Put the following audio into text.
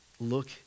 look